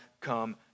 come